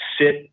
sit